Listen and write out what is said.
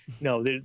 No